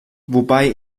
wobei